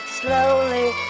slowly